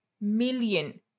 million